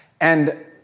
and